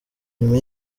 nyuma